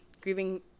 grieving